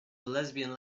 lesbian